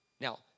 Now